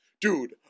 dude